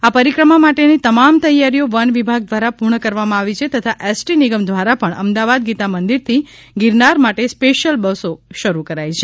આ પરિક્રમા માટેની તમામ તૈયારીઓ વન વિભાગ દ્વારા પૂર્ણ કરવામાં આવી છે તથા એસટી નિગમ દ્વારા પણ અમદાવાદ ગીતા મંદિરથી ગિરનાર માટે સ્પેશ્યલ બસો શરૂ કરાઈ છે